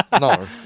No